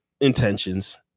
intentions